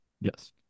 Yes